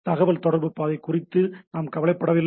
தகவல்தொடர்பு பாதை குறித்து நாம் கவலைப்படவில்லை